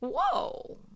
Whoa